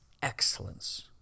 Excellence